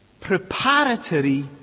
preparatory